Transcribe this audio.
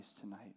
tonight